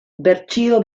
bertsio